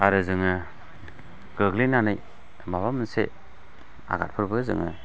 आरो जोङो गोग्लैनानै माबा मोनसे आगादफोरबो जोङो